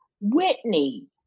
Whitney